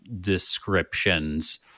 descriptions